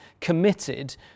committed